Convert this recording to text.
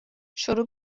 شروع